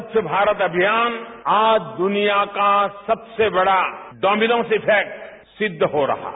स्वच्छ भारत अभियान आज दुनिया का सबसे बड़ा डोमिनोज इफैक्ट सिद्ध हो रहा है